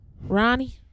Ronnie